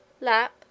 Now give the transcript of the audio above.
lap